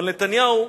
אבל נתניהו,